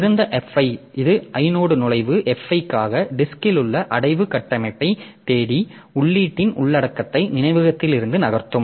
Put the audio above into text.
திறந்த Fi இது inode நுழைவு Fi க்காக டிஸ்க்ல் உள்ள அடைவு கட்டமைப்பைத் தேடி உள்ளீட்டின் உள்ளடக்கத்தை நினைவகத்திற்கு நகர்த்தும்